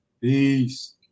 Peace